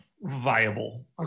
viable